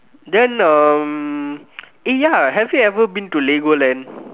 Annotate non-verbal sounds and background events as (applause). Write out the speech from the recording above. then um eh ya have you ever been to Legoland (breath)